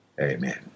Amen